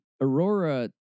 Aurora